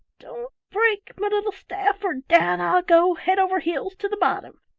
don't break, me little staff, or down i'll go, head over heels to the bottom.